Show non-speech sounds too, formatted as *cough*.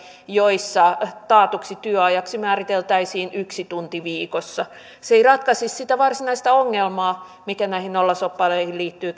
joissa taatuksi työajaksi määriteltäisiin yksi tunti viikossa se ei käytännössä millään lailla ratkaisisi sitä varsinaista ongelmaa mikä näihin nollasoppareihin liittyy *unintelligible*